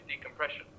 decompression